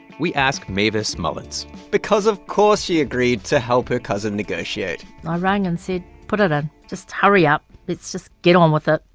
we ask mavis mullins because, of course, she agreed to help her cousin negotiate i rang and said, put it in. ah just hurry up. let's just get on with it